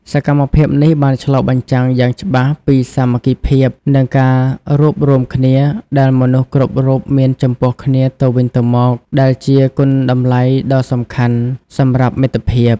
សកម្មភាពនេះបានឆ្លុះបញ្ចាំងយ៉ាងច្បាស់ពីសាមគ្គីភាពនិងការរួបរួមគ្នាដែលមនុស្សគ្រប់រូបមានចំពោះគ្នាទៅវិញទៅមក ដែលជាគុណតម្លៃដ៏សំខាន់សម្រាប់មិត្តភាព។